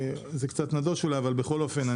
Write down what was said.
זה קצת נדוש אולי אבל בכל אופן,